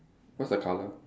what's the colour